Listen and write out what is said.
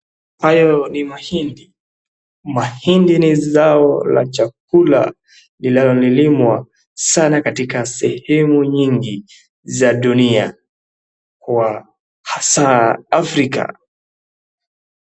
Hayo ni mahindi. Mahindi ni zao la chakula inaolilimwa sana sehemu nyingi za dunia kwa hasa Africa.